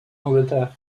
angleterre